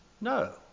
No